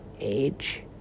Age